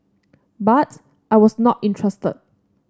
but I was not interested